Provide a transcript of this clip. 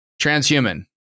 transhuman